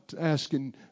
asking